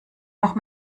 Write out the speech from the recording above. noch